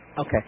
Okay